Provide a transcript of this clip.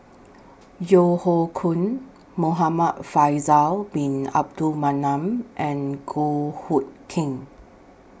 Yeo Hoe Koon Muhamad Faisal Bin Abdul Manap and Goh Hood Keng